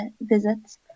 visits